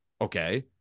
okay